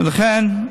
ולכן,